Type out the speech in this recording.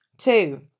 Two